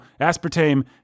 aspartame